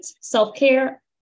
self-care